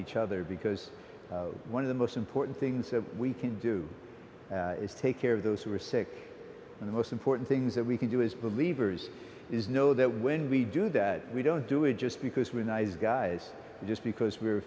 each other because one of the most important things that we can do is take care of those who are sick in the most important things that we can do as believers is know that when we do that we don't do it just because we're nice guys just because we